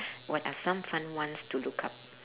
what are some fun ones to look up